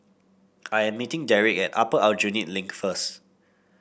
I am meeting Derik at Upper Aljunied Link first